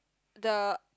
the